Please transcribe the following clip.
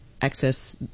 access